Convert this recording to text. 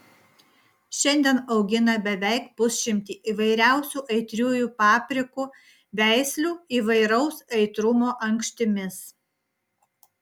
šiandien augina beveik pusšimtį įvairiausių aitriųjų paprikų veislių įvairaus aitrumo ankštimis